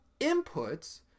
inputs